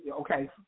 Okay